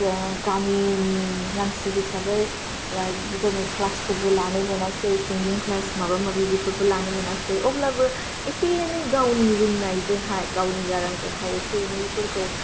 जों गामिनि मानसि हिसाबै लाइक जोङो क्लासफोरबो लानो मोनासै सिंगिं क्लास माबा माबि बेफोरखौ लानो मोनासै अब्लाबो एसे एनै गावनि रोनायजोंहाय गावनि गारां जोंहाय एसे एनैफोरखौ